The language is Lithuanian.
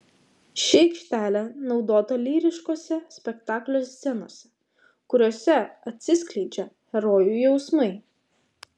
ši aikštelė naudota lyriškose spektaklio scenose kuriose atsiskleidžia herojų jausmai